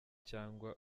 cyangwa